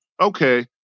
okay